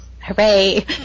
Hooray